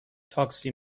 تاکسی